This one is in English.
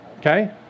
Okay